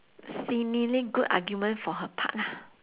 seemingly good argument for her part lah